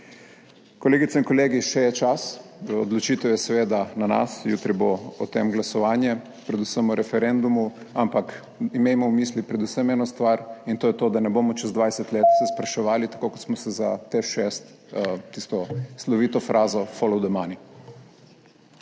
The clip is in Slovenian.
Kolegice in kolegi, še je čas. Odločitev je seveda na nas, jutri bo o tem glasovanje, predvsem o referendumu, ampak imejmo v mislih predvsem eno stvar, in to je to, da se ne bomo čez 20 let spraševali, tako kot smo se za TEŠ6, o tisti sloviti frazi, »follow the money«.